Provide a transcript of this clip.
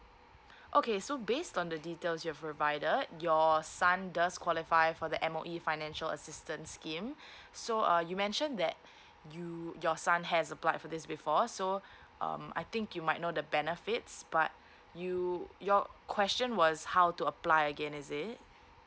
okay so based on the details you've provided your son does qualify for the M_O_E financial assistance scheme so uh you mention that you your son has applied for this before so um I think you might know the benefits but you your question was how to apply again is it